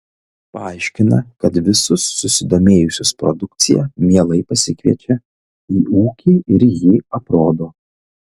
paaiškina kad visus susidomėjusius produkcija mielai pasikviečia į ūkį ir jį aprodo